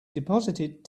deposited